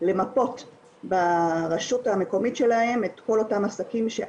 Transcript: זה שהם מתחילים את ההתנסות שלהם וההתמכרות שלהם בגיל מאוד